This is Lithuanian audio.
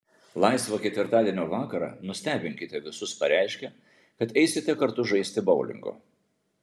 laisvą ketvirtadienio vakarą nustebinkite visus pareiškę kad eisite kartu žaisti boulingo